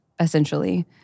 essentially